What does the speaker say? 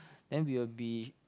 then we will be